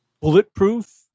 bulletproof